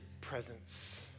presence